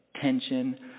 tension